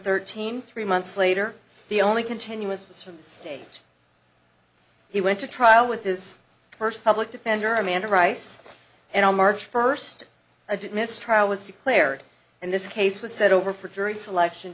thirteen three months later the only continuance was from the state he went to trial with his first public defender amanda rice and on march first a debt mistrial was declared and this case was set over for jury selection